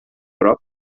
prop